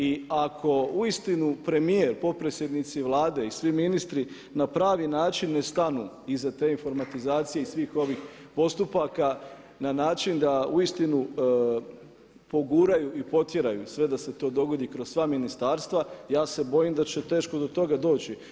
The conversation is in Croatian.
I ako uistinu premijer, potpredsjednici Vlade i svi ministri na pravi način ne stanu iza te informatizacije i svih ovih postupaka na način da uistinu poguraju i potjeraju sve i da se to dogodi kroz sva ministarstva ja se bojim da će teško do toga doći.